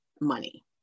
money